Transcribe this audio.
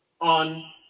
on